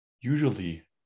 usually